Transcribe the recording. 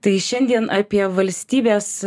tai šiandien apie valstybės